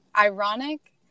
ironic